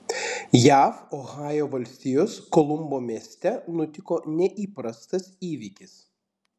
jav ohajo valstijos kolumbo mieste nutiko neįprastas įvykis